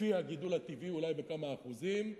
לפי הגידול הטבעי, אולי בכמה אחוזים,